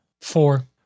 Four